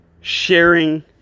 sharing